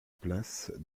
place